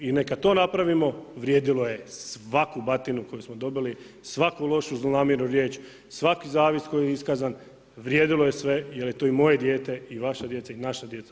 I neka to napravimo, vrijedilo je svaku batinu koju smo dobili, svaku lošu zlonamjernu riječ, svaki zavist koji je iskazan, vrijedilo je sve jer je to i moje dijete i vaša djeca i naša djeca u